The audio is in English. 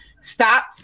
stop